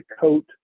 coat